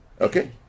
okay